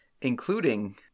Including